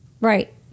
Right